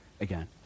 again